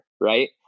right